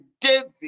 David